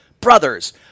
Brothers